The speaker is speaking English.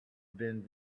been